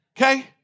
Okay